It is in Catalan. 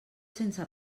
sense